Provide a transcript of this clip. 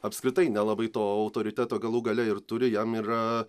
apskritai nelabai to autoriteto galų gale ir turi jam yra